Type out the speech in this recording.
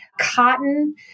cotton